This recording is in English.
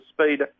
speed